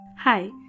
Hi